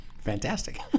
fantastic